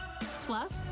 Plus